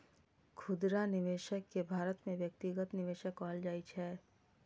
खुदरा निवेशक कें भारत मे व्यक्तिगत निवेशक कहल जाइ छै